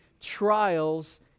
Trials